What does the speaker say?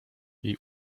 jej